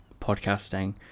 podcasting